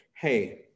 Hey